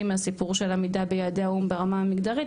מהסיפור של עמידה ביעדי האו"ם ברמה המגדרית,